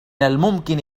الممكن